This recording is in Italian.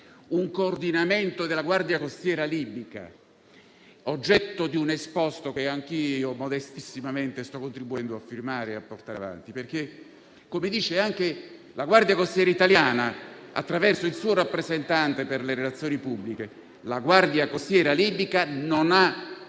un coordinamento della Guardia costiera libica e ciò è oggetto di un esposto che anch'io modestissimamente sto contribuendo a firmare e a portare avanti. Come dice infatti anche la Guardia costiera italiana, attraverso il suo rappresentante per le relazioni pubbliche, la Guardia costiera libica non ha